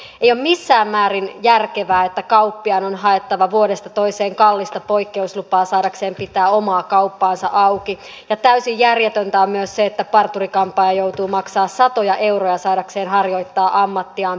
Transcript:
ei ole missään määrin järkevää että kauppiaan on haettava vuodesta toiseen kallista poikkeuslupaa saadakseen pitää omaa kauppaansa auki ja täysin järjetöntä on myös se että parturi kampaaja joutuu maksamaan satoja euroja saadakseen harjoittaa ammattiaan pyhäpäivinä